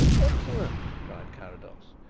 excellent! cried carrados.